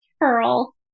Pearl